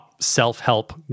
self-help